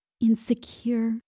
insecure